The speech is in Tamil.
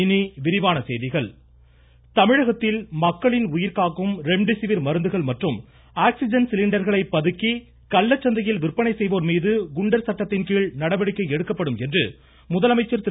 இனிவிரிவான செய்திகள் முதலமைச்சர் தமிழகத்தில் மக்களின் உயிர்காக்கும் ரெம்டிசிவிர் மருந்துகள் மற்றும் ஆக்சிஜன் சிலிண்டர்களை பதுக்கி கள்ளச்சந்தையில் விற்பனை செய்வோர் மீது குண்டர் சட்டத்தின் கீழ் நடவடிக்கை எடுக்கப்படும் என்று முதலமைச்சர் திரு